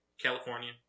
California